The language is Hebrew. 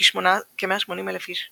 כ-180,000 איש,